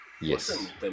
Yes